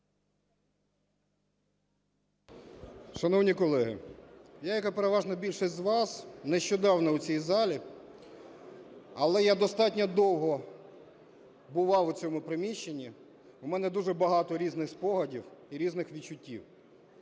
Шановні колеги, я, як і переважна більшість з вас, нещодавно в цій залі, але я достатньо довго бував в цьому приміщенні, у мене дуже багато різних спогадів і різних відчуттів.